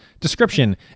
Description